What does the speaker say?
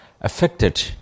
affected